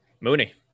Mooney